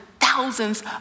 thousands